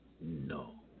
No